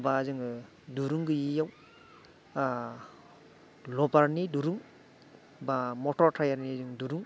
बा जोङो दुरुं गैयैयाव लबारनि दुरुं बा मटर टायार नि दुरुं